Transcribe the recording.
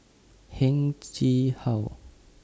Heng Chee How